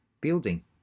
building